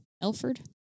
Elford